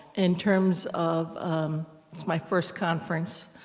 in terms of it's my first conference.